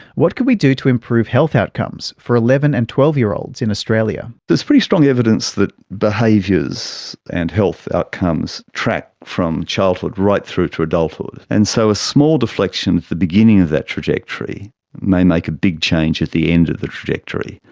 what could we do to improve health outcomes for eleven and twelve year olds in australia? there is pretty strong evidence that behaviours and health outcomes track from childhood right through to adulthood. and so a small deflection at the beginning of that trajectory may make a big change at the end of the trajectory.